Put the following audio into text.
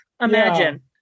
Imagine